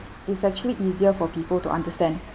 it's actually easier for people to understand